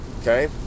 okay